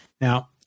Now